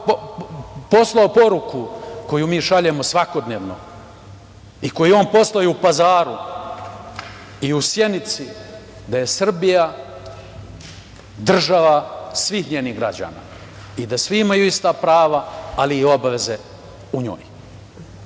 poslao poruku koju mi šaljemo svakodnevno i koju je on poslao i u Pazar, i u Sjenici, da je Srbija država svih njenih građana i da svi imaju ista prava, ali i obaveze u